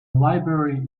library